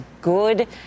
good